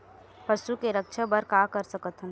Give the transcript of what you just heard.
पशु के रक्षा बर का कर सकत हन?